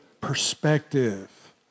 perspective